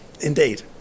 Indeed